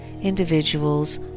individuals